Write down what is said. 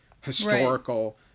historical